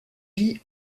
lit